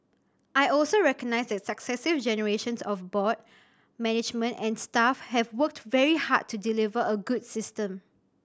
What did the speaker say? I also recognise that successive generations of board management and staff have worked very hard to deliver a good system